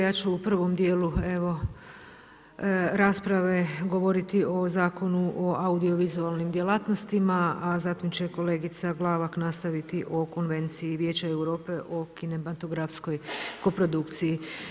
Ja ću u prvom djelu rasprave govoriti o Zakonu o audiovizualnim djelatnostima, a zatim će kolegica Glavak nastaviti o konvenciji Vijeća Europe o kinematografskoj koprodukciji.